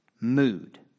mood